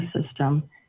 system